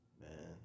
Man